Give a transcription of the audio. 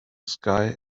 sky